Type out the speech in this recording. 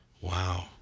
wow